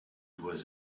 was